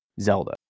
Zelda